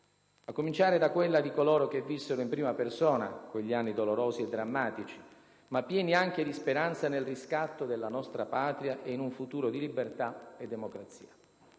A cominciare da quella di coloro che vissero in prima persona quegli anni dolorosi e drammatici, ma pieni anche di speranza nel riscatto della nostra Patria e in un futuro di libertà e democrazia.